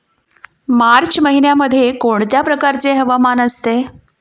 मार्च महिन्यामध्ये कोणत्या प्रकारचे हवामान असते?